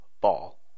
ball